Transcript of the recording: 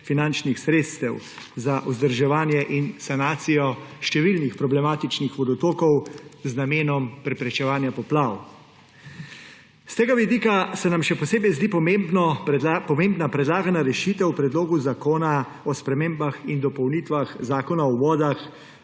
finančnih sredstev za vzdrževanje in sanacijo številnih problematičnih vodotokov z namenom preprečevanja poplav. S tega vidika se nam še posebej zdi pomembna predlagana rešitev o Predlogu zakona o spremembah in dopolnitvah Zakona o vodah,